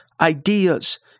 ideas